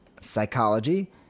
psychology